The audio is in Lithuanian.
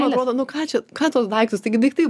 man atrodo nu ką čia ką tuos daiktus taigi daiktai